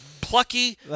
plucky